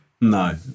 no